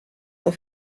auf